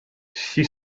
she